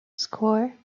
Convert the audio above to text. score